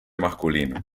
masculino